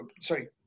Sorry